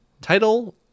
title